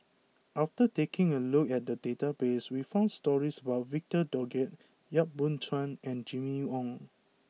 after taking a look at the database we found stories about Victor Doggett Yap Boon Chuan and Jimmy Ong